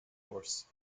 horse